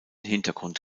hintergrund